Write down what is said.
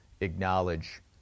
acknowledge